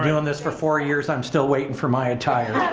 i mean um this for four years. i'm still waiting for my attire.